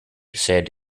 said